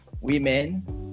women